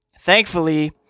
thankfully